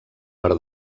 per